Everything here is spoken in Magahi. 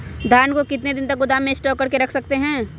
धान को कितने दिन को गोदाम में स्टॉक करके रख सकते हैँ?